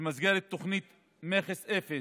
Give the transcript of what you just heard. במסגרת תוכנית "מכס אפס",